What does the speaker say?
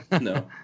No